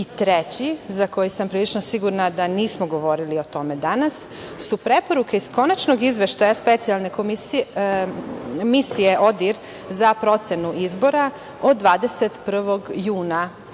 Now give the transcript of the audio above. i treći, za koji sam prilično sigurna da nismo govorili o tome danas, su preporuke iz konačnog izveštaja Specijalne komisije Misije ODIR za procenu izbora, od 21. juna